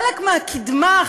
חלק מהקדמה,